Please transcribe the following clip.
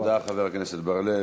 תודה, חבר הכנסת בר-לב.